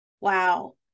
wow